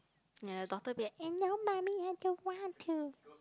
and the daughter be like eh no mummy I don't want to